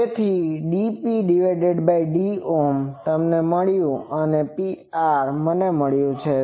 તેથી dpdΩ તમને મળ્યું Pr મને મળ્યું છે